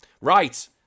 right